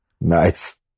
Nice